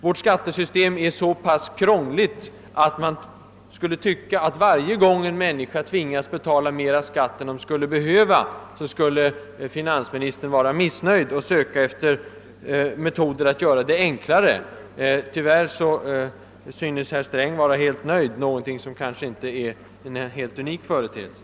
Vårt skattesystem är så pass krångligt att man tycker, att varje gång en person tvingas betala mera skatf än han egentligen behöver, skulle finansministern vara missnöjd och söka efter metoder att göra systemet enklare. Tyvärr synes herr Sträng vara helt nöjd — en kanske inte alldeles unik företeelse.